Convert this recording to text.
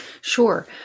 Sure